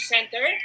Center